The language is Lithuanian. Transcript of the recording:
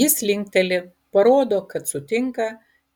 jis linkteli parodo kad sutinka